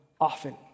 often